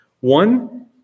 One